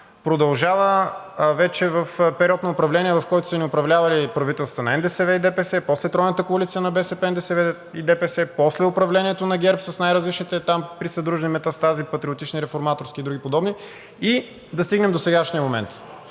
продължава вече в период на управление, в който са ни управлявали правителствата на: НДСВ и ДПС; после тройната коалиция на БСП, НДСВ и ДПС; после управлението на ГЕРБ с най различните там присъдружни метастази – патриотични, реформаторски и други подобни, за да стигнем до сегашния момент.